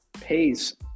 pays